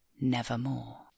Nevermore